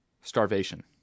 starvation